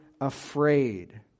afraid